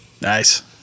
nice